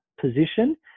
position